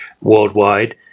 worldwide